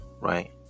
Right